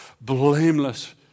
blameless